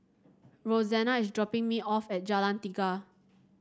Roxana is dropping me off at Jalan Tiga